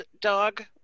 dog